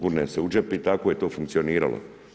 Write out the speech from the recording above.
Gurne se džep i tako je to funkcioniralo.